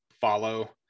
follow